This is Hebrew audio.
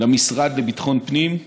למשרד לביטחון הפנים,